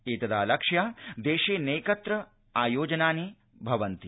एतदालक्ष्य देशे नैकत्र आयोजनानि भवन्ति